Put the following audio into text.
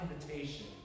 invitation